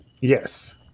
Yes